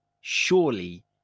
surely